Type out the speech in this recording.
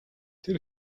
тэр